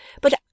But